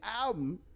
album